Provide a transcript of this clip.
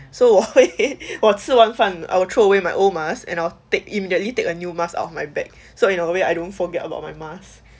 so 我会 我吃完饭 I will throw away my old mask and I'll take immediately take a new mask of my bag so in a way I don't forget about my mask